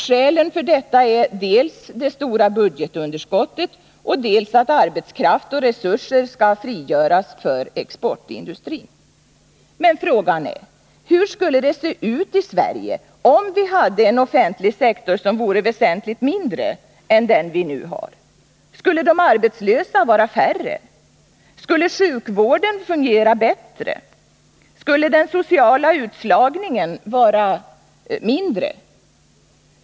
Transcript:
Skälen för detta är dels det stora budgetunderskottet, dels att arbetskraft och resurser skall frigöras för exportindustrin. Men frågan är, hur det skulle se ut i Sverige om vi hade en offentlig sektor som vore väsentligen mindre än den vi nu har. Skulle de arbetslösa vara färre? Skulle sjukvården fungera bättre? Skulle den sociala utslagningen vara mindre?